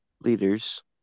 Leaders